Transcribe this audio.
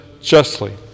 justly